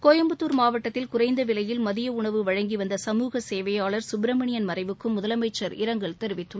கோயம்புத்தூர் மாவட்டத்தில் குறைந்த விலையில் மதிய உணவு வழங்கி வந்த சமூக சேவையாளர் சுப்பிரமணியன் மறைவுக்கும் முதலமைச்சர் இரங்கல் தெரிவித்துள்ளார்